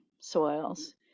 soils